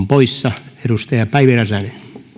poissa edustaja päivi räsänen